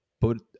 put